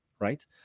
right